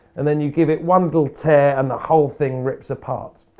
and then you give it one little tear and the whole thing rips apart.